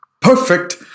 Perfect